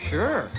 Sure